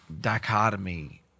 dichotomy